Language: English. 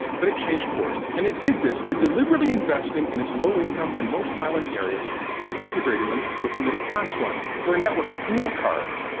but it changed course, and it did this by deliberately investing in its low-income and most violent areas and integrating them with the middle-class ones through a network of cable cars,